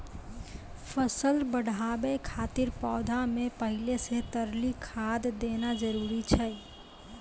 फसल बढ़ाबै खातिर पौधा मे पहिले से तरली खाद देना जरूरी छै?